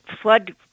flood